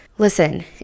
listen